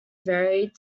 varied